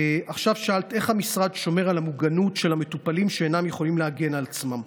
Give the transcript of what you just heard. שאלת איך המשרד שומר על המוגנות של המטופלים שאינם יכולים להגן על עצמם,